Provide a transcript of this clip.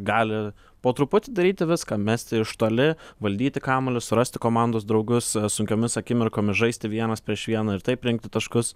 gali po truputį daryti viską mesti iš toli valdyti kamuolį surasti komandos draugus sunkiomis akimirkomis žaisti vienas prieš vieną ir taip rinkti taškus